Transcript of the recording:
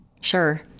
Sure